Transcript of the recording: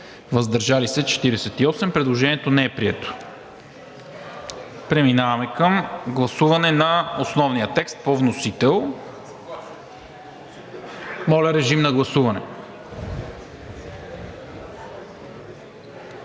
въздържали се 48. Предложението не е прието. Преминаваме към гласуване на основния текст по вносител. Владимир Табутов?